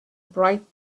bright